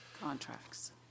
contracts